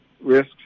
risks